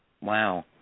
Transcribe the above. Wow